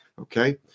Okay